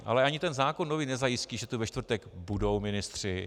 Ale ani ten zákon nový nezajistí, že tu ve čtvrtek budou ministři.